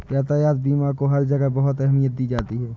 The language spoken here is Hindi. यातायात बीमा को हर जगह बहुत अहमियत दी जाती है